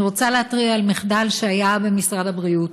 אני רוצה להתריע על מחדל שהיה במשרד הבריאות.